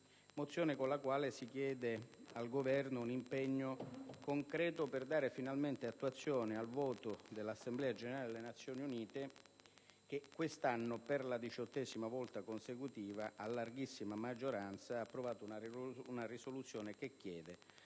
mozione si chiede al Governo un impegno concreto per dare finalmente attuazione al voto dell'Assemblea generale delle Nazioni Unite che quest'anno, per la diciottesima volta consecutiva, a larghissima maggioranza ha approvato una risoluzione che chiede